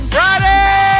Friday